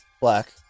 black